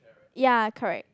ya correct